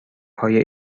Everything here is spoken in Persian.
های